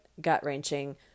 gut-wrenching